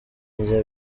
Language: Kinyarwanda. ndya